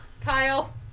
Kyle